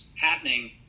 happening